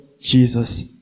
Jesus